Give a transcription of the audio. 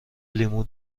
لیمو